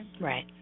Right